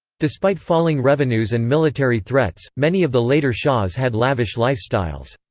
despite falling revenues and military threats, many of the later shahs had lavish lifestyles.